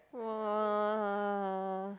!wah!